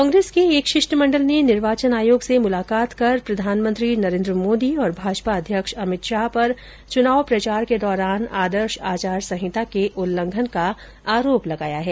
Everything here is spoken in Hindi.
कांग्रेस के एक शिष्टमंडल ने निर्वाचन आयोग से मुलाकात कर प्रधानमंत्री नरेंद्र मोदी और भाजपा अध्यक्ष अमित शाह पर चुनाव प्रचार के दौरान आदर्श आचार संहिता के उल्लंघन का आरोप लगाया है